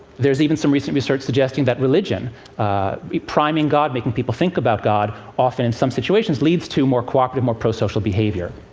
there's even some recent research suggesting that religion priming god, making people think about god often, in some situations, leads to more cooperative, more pro-social behavior.